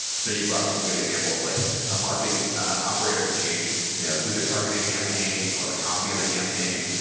so you brought up some good examples, like a marketing operator can change you know who their targeting campaign, or the copy in the campaign.